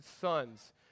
sons